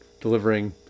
delivering